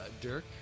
Dirk